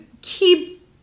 keep